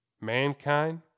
Mankind